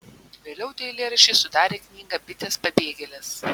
vėliau tie eilėraščiai sudarė knygą bitės pabėgėlės